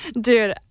Dude